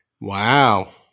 Wow